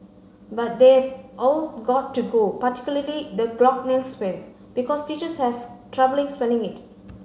but they've all got to go particularly the glockenspiel because teachers have troubling spelling it